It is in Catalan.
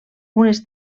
unes